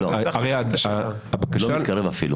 לא מתקרב אפילו.